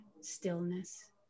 stillness